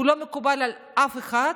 שלא מקובל על אף אחד,